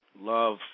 Love